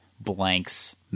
Blanks